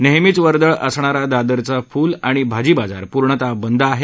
नेहमीच वर्दळ असणार दादरचा फूल आणि भाजी बाजार पूर्णतः बंद आहे